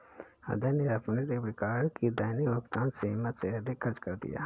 अजय ने अपने debit card की दैनिक भुगतान सीमा से अधिक खर्च कर दिया